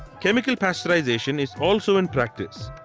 chemical pasteurization is also in practice.